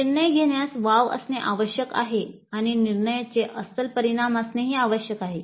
निर्णय घेण्यास वाव असणे आवश्यक आहे आणि निर्णयांचे अस्सल परिणाम असणेही आवश्यक आहे